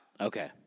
Okay